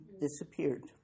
disappeared